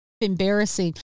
embarrassing